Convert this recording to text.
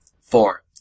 Four